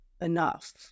enough